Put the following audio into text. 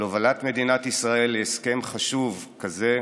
על הובלת מדינת ישראל להסכם חשוב כזה,